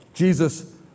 Jesus